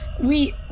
We-